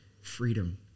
freedom